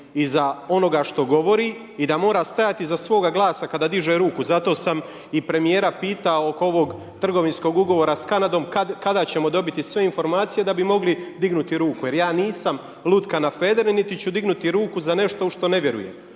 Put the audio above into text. iza onoga što govori i da mora stajati iz svoga glasa kada diže ruku, za to sam i premijera pitao oko ovog trgovinskog ugovora sa Kanadom kada ćemo dobiti sve informacije da bi mogli dignuti ruku. Jer ja nisam lutka na federe niti ću dignuti ruku za nešto u što ne vjerujem.